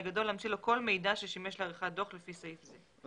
גדול להמציא לו כל מידע ששימש לעריכת דוח לפי סעיף זה,